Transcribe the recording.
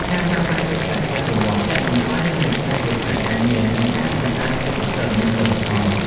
ការប្រើប្រាស់គ្រឿងចក្រស្វ័យប្រវត្តិកាត់បន្ថយហានិភ័យគ្រោះថ្នាក់ការងារ និងបង្កើនភាពសុក្រឹតនៃផលិតផល។